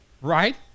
right